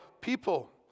people